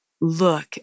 Look